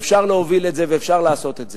ואפשר להוביל את זה ואפשר לעשות את זה,